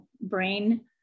brain